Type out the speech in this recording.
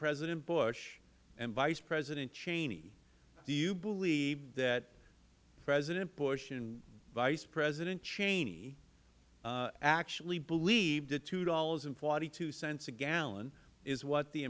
president bush and vice president cheney do you believe that president bush and vice president cheney actually believe that two dollars forty two cents a gallon is what the